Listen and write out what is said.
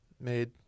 made